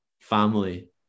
family